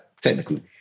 technically